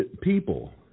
people